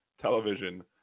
television